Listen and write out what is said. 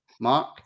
Mark